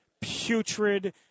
putrid